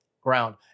ground